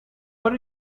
what